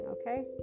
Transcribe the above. okay